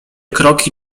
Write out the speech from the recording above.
kroki